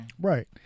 right